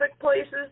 places